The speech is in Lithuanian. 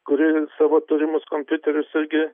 kuri savo turimus kompiuterius irgi